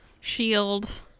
shield